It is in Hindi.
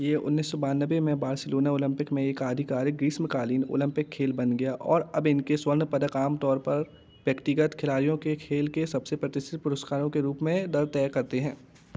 ये उन्नीस सौ बानबे में बार्सिलोना ओलंपिक में एक आधिकारिक ग्रीष्मकालीन ओलंपिक खेल बन गया और अब इनके स्वर्ण पदक आम तौर पर व्यक्तिगत खिलाड़ियों के लिए खेल के सबसे प्रतिष्ठित पुरस्कारों के रूप में दर तय करते हैं